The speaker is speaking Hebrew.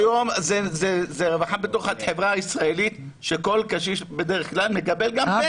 היום זה רווחה בתוך החברה הישראלית שכל קשיש בדרך כלל מקבל גם פנסיה.